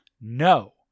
No